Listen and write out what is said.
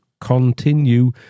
continue